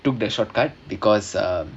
took the shortcut because uh